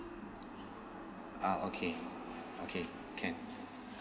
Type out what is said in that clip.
ah okay okay can